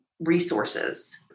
resources